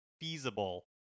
feasible